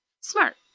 Smart